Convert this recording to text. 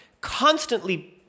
constantly